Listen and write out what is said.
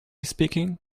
speaking